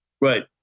Right